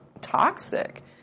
toxic